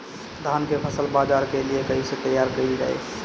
धान के फसल बाजार के लिए कईसे तैयार कइल जाए?